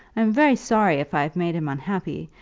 i am very sorry if i have made him unhappy,